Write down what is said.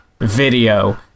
video